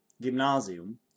gymnasium